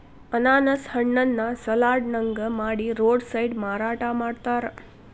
ಅನಾನಸ್ ಹಣ್ಣನ್ನ ಸಲಾಡ್ ನಂಗ ಮಾಡಿ ರೋಡ್ ಸೈಡ್ ಮಾರಾಟ ಮಾಡ್ತಾರ